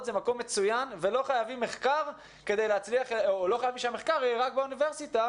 זה מקום מצוין ולא חייבים שהמחקר יהיה רק באוניברסיטה